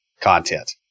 content